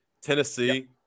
Tennessee